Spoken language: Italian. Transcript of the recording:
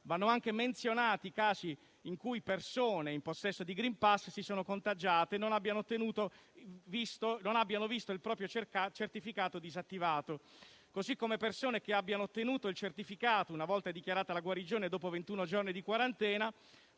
Vanno anche menzionati casi in cui persone in possesso di *green pass* che si sono contagiate non abbiano visto il proprio certificato disattivato, così come persone che hanno ottenuto il certificato una volta dichiarata la guarigione dopo ventuno giorni di quarantena,